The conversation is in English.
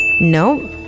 Nope